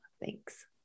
Thanks